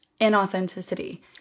inauthenticity